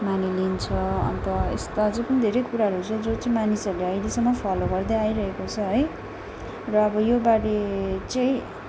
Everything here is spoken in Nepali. मानिलिन्छ अन्त यस्ता अझै पनि धेरै कुराहरू छ जो चाहिँ मानिसहरूले अहिलेसम्म फलो गर्दै आइरहेको छ है र अब योबारे चाहिँ